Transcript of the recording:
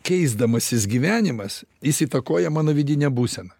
keisdamasis gyvenimas jis įtakoja mano vidinę būseną